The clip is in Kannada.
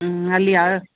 ಹ್ಞೂ ಅಲ್ಲಿ ಅ